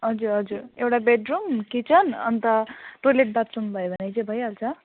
हजुर हजुर एउटा bedroom kitchen and toilet bathroom भयो भने चाहिँ भइहाल्छ